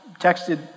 texted